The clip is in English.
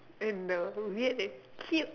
and uh weird and cute